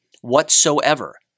whatsoever